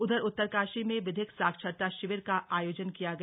उधर उत्तरकाशी में विधिक साक्षरता शिविर का आयोजन किया गया